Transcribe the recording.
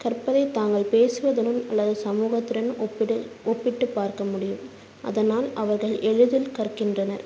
கற்பதை தாங்கள் பேசுவதுன்னும் அல்லது சமூகத்துடன் ஒப்பீடு ஒப்பிட்டு பார்க்க முடியும் அதனால் அவர்கள் எளிதில் கற்கின்றனர்